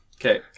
Okay